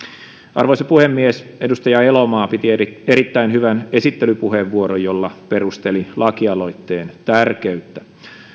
arvoisa puhemies edustaja elomaa piti erittäin erittäin hyvän esittelypuheenvuoron jolla perusteli lakialoitteen tärkeyttä